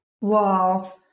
Wow